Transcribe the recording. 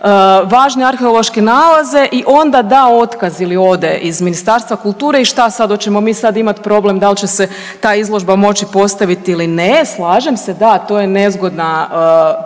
važne arheološke nalaze i onda da otkaz ili ode iz Ministarstva kulture i šta sad. Hoćemo mi sad imati problem dal' će se ta izložba moći postaviti ili ne, slažem se da to je nezgodna